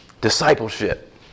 Discipleship